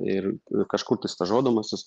ir kažkur tai stažuodamasis